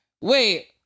wait